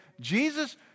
Jesus